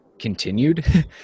continued